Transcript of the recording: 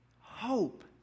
Hope